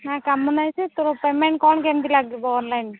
ନାଁ କାମ ନାହିଁ ଯେ ତୋର ପେମେଣ୍ଟ୍ କ'ଣ କେମିତି ଲାଗିବ ଅନଲାଇନ୍